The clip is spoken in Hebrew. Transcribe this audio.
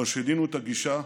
אבל שינינו את הגישה,